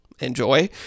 enjoy